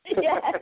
Yes